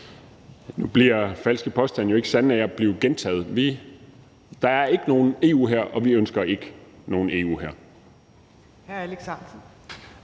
Nu bliver falske påstande jo ikke sande af at blive gentaget. Der er ikke nogen EU-hær, og vi ønsker ikke nogen EU-hær.